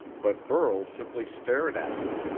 but burl simply stared at them,